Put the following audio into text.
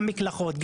מקלחות,